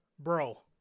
Bro